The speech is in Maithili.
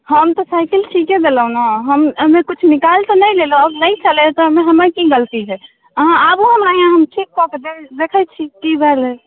हम तऽ साइकिल ठीके देलहुँ ने हम हमे किछु निकालि तऽ नहि लेलहुँ अब वही छलै हँ तऽ ओइमे हमर की गलती छै अहाँ आबू हमरा यहाँ हम ठीक कऽ के देखै छी की भऽ गेल